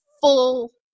full